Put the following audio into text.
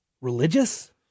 religious